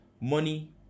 money